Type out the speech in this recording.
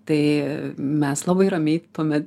tai mes labai ramiai tuomet